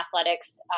athletics